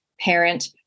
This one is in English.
parent